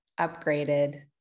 upgraded